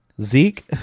Zeke